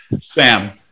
Sam